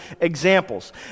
examples